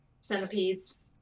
Centipedes